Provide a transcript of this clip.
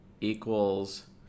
equals